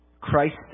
Christ